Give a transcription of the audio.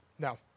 No